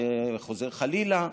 וחוזר חלילה.